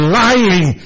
lying